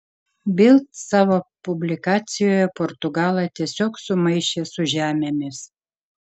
bild savo publikacijoje portugalą tiesiog sumaišė su žemėmis